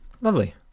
Lovely